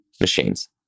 machines